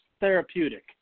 therapeutic